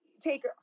take